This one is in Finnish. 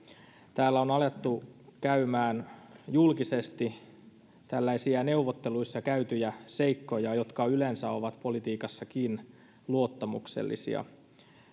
täällä on alettu käymään läpi julkisesti tällaisia neuvotteluissa käytyjä seikkoja jotka yleensä ovat politiikassakin luottamuksellisia